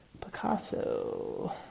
Picasso